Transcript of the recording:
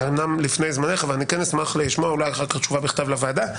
אמנם לפני זמנך אבל אשמח לשמוע אולי תשובה בכתב לוועדה